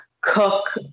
cook